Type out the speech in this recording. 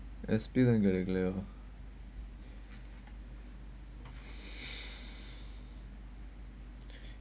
experience get கிடைக்கிலயோ:kidaikkillayo